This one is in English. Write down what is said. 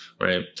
Right